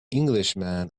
englishman